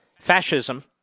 fascism